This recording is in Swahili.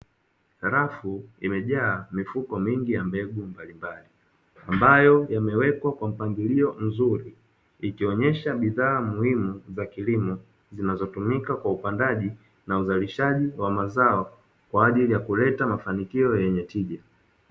Rafu imejaa mifuko mingi ya mbegu mbalimbali, ambayo yamewekwa kwa mpangilio mzuri ikionyesha bidhaa muhimu za kilimo, zinazotumika kwa upandaji na uzalishaji wa mazao kwa ajili ya kuleta mafanikio yenye tija.